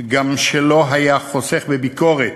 שלא היה חוסך בביקורת,